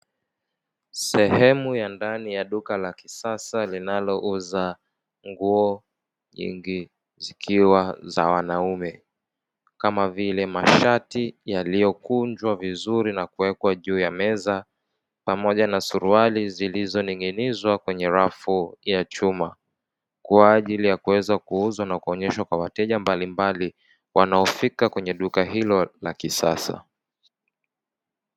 Seheu ya ndani ya duka la kisasa linalouza nguo nyingi zikiwa za wanaume kama vile mashati yaliyokunjwa vizuri na kuwekwa juu ya meza pamoja na suruali zilizoning'inizwa kwenye rafu ya chuma kwa ajili ya kuweza kuuzwa na kuonyeshwa kwa wateja mbalimbali wanaofika kwenye duka hilo la kisasa.